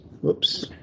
Whoops